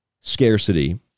scarcity